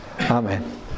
Amen